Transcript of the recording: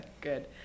good